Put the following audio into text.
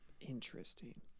Interesting